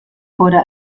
wurde